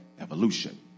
evolution